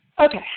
Okay